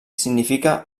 significa